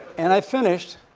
and i finished